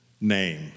name